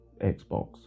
Xbox